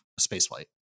spaceflight